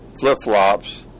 flip-flops